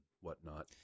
whatnot